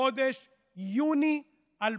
בחודש יוני 2021,